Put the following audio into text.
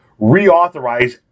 reauthorize